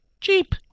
cheap